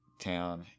town